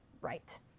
right